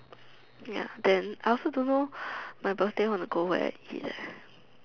ya then I also don't know my birthday want to go where and eat leh